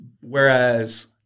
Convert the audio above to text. Whereas